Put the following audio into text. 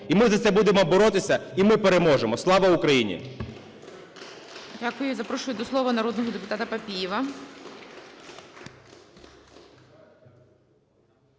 І ми за це будемо боротися, і ми переможемо. Слава Україні!